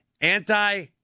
Anti-